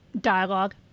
Dialogue